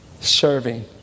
serving